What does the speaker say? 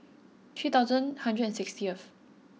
three thousand hundred and sixtieth